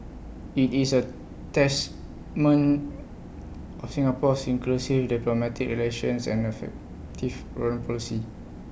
IT is A testament of Singapore's inclusive diplomatic relations and effective foreign policy